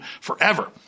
forever